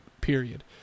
Period